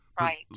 Right